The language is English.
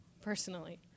personally